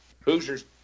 Hoosier's